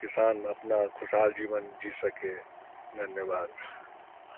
किसान अपना खुशहाल जीवन जी सके धन्यवाद